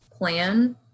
plan